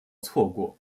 错过